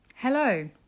Hello